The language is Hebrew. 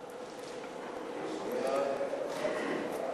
נשים (תיקון מס'